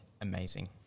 amazing